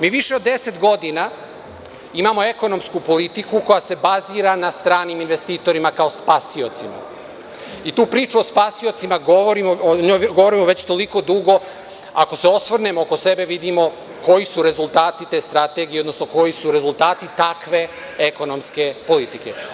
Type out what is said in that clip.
Mi više od 10 godina imamo ekonomsku politiku koja se bazira na stranim investitorima kao spasiocima i tu priču o spasiocima govorimo već toliko dugo, ako se osvrnemo oko sebe, vidimo koji su rezultati te strategije, odnosno koji su rezultati takve ekonomske politike.